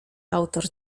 autor